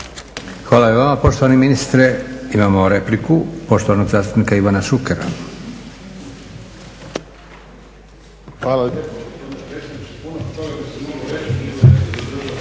Hvala i vama poštovani ministre. Imamo repliku poštovanog zastupnika Ivana Šukera.